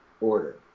order